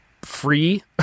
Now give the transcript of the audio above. free